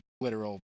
literal